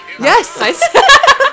Yes